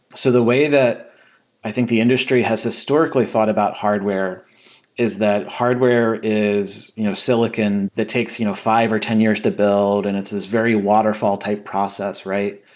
so the way that i think the industry has historically thought about hardware is that hardware is you know silicon that takes you know five or ten years to build and it's this very waterfall type process, right?